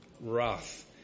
wrath